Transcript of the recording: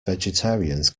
vegetarians